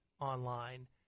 online